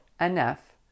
enough